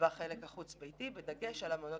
בחלק החוץ ביתי, בדגש על המעונות